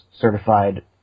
certified